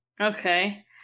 Okay